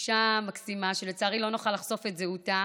אישה מקסימה שלצערי לא נוכל לחשוף את זהותה,